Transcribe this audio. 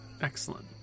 excellent